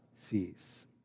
sees